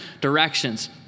directions